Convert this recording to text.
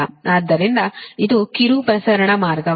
ಆದ್ದರಿಂದ ಇದು ಕಿರು ಪ್ರಸರಣ ಮಾರ್ಗವಾಗಿದೆ